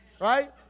right